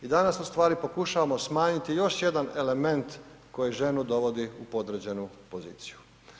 I danas ustvari pokušavamo smanjiti još jedan element koji ženu dovodi u podređenu poziciju.